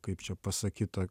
kaip čia pasakyt ta